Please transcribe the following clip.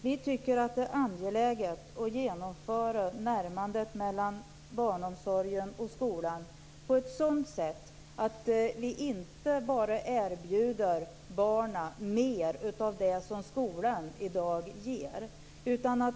Herr talman! Vi tycker att det är angeläget att genomföra närmandet mellan barnomsorgen och skolan på ett sådant sätt att vi inte bara erbjuder barnen mer av det som skolan i dag ger.